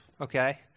okay